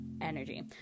energy